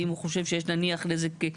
ואם הוא חושב שיש נניח נזק,